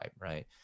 right